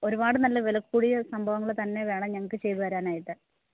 ഒരുപാട് നല്ല വിലക്കൂടിയ സംഭവങ്ങൾ തന്നെ വേണം ഞങ്ങൾക്ക് ചെയ്ത് തരാനായിട്ട്